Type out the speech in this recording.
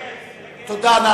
תודה.